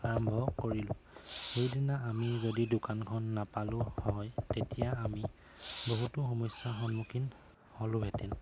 আৰম্ভ কৰিলোঁ সেইদিনা আমি যদি দোকানখন নাপালোঁ হয় তেতিয়া আমি বহুতো সমস্যাৰ সন্মুখীন হ'লোঁহেঁতেন